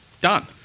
done